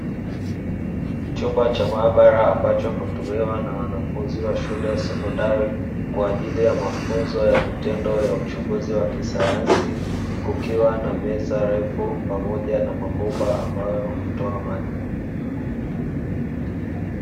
Chumba cha maabara ambacho hutumiwa na wanafunzi wa shule ya sekondari kwa ajili ya mafunzo ya vitendo ya uchunguzi wa kisayansi kukiwa na meza refu pamoja na mabomba ambayo hutoa maji.